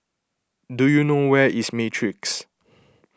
do you know where is Matrix